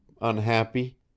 unhappy